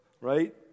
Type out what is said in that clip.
right